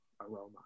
aroma